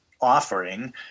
offering